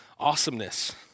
awesomeness